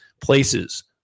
places